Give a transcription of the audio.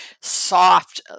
soft